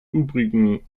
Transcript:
übrigen